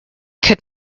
could